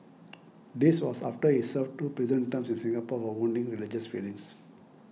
this was after he served two prison terms in Singapore for wounding religious feelings